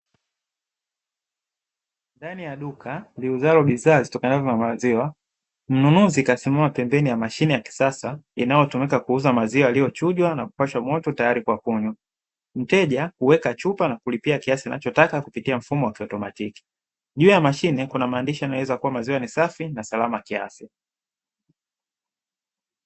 Ndani ya duka liuzalo bidhaa zitokanazo na maziwa, mnunuzi kasimama pembeni ya mashine ya kisasa, inayotumika kuuza maziwa yaliyochujwa na kupashwa moto tayari kwa kunywa. Mteja huweka chupa na kulipia kiasi anachotaka kupitia mfumo wa kiotomatiki. Juu ya mashine Kuna maandishi yanayoeleza kuwa maziwa ni safi na salama kiasi.